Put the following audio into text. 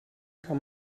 kann